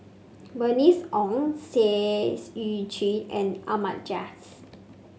Bernice Ong Seah Eu Chin and Ahmad Jais